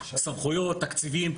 תקציבים,